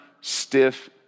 stiff